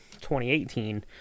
2018